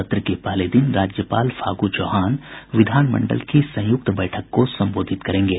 सत्र के पहले दिन राज्यपाल फागू चौहान विधानमंडल की संयुक्त बैठक को संबोधित करेंगे